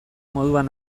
moduan